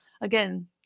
Again